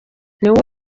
niwe